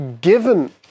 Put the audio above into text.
given